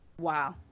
Wow